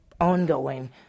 ongoing